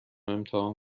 امتحان